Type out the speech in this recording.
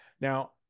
now